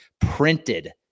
printed